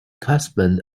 husband